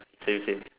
same same